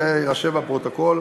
לא רק שמה שהבטחתם,